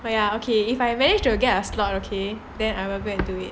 ya okay if I manage to get a slot ok then I will go and do it